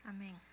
Amen